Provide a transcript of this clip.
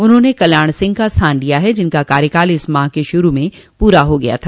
उन्होंने कल्याण सिंह का स्थान लिया है जिनका कार्यकाल इस माह के शुरू में पूरा हो गया था